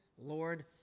Lord